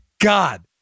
God